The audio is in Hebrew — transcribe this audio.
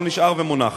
הוא נשאר ומונח.